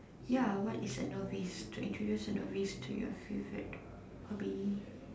ya what is a novice to introduced a novice to your favourite hobby